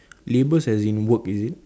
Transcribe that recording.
labours as in work is it